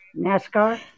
NASCAR